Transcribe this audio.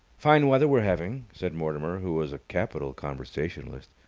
fine weather we're having, said mortimer, who was a capital conversationalist.